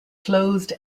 closed